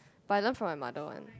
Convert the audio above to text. but I learn from my mother one